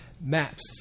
maps